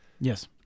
Yes